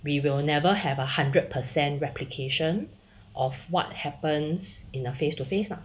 we will never have a hundred percent replication of what happens in a face to face lah